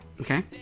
Okay